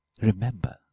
Remember